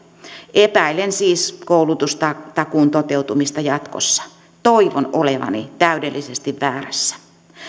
epäilen siis koulutustakuun toteutumista jatkossa toivon olevani täydellisesti väärässä